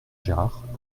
gérard